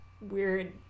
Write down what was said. weird